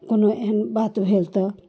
कोनो एहन बात भेल तऽ